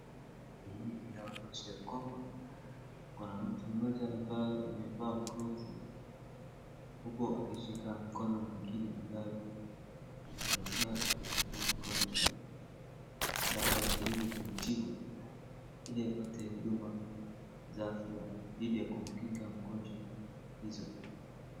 Hii inaonyesha ya kwamba kuna mtu mmoja ambaye amevaa glavu huku akishika mkono mwingine ambaye inakaa imekunjika sasa anajaribu kumtibu ili apate huduma za afya ili kumkinga hizo.